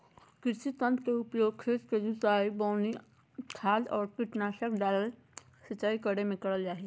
कृषि यंत्र के उपयोग खेत के जुताई, बोवनी, खाद आर कीटनाशक डालय, सिंचाई करे मे करल जा हई